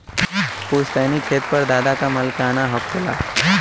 पुस्तैनी खेत पर दादा क मालिकाना हक होला